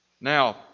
Now